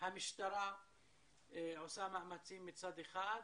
שהמשטרה עושה מאמצים מצד אחד,